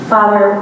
Father